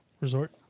resort